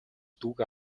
дүүгээ